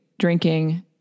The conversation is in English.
drinking